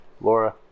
Laura